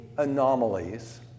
anomalies